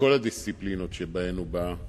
מכל הדיסציפלינות שהוא בא מהן,